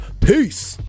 Peace